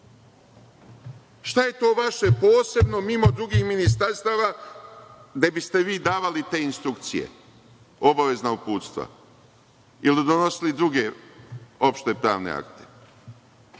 je to vaše posebno mimo drugih ministarstava da biste vi davali te instrukcije, obavezna uputstva ili donosili druge opšte pravne akte?